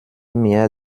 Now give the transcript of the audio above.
mir